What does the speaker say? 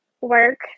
work